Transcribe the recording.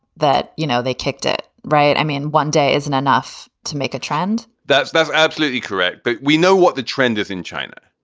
you know, they kicked it, right? i mean, one day isn't enough to make a trend that's that's absolutely correct. but we know what the trend is in china.